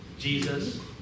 Jesus